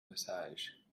massage